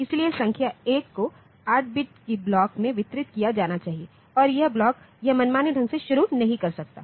इसलिए संख्या 1 को 8 बिट्स के ब्लॉक में वितरित किया जाना चाहिए और यह ब्लॉक यह मनमाने ढंग से शुरू नहीं कर सकता है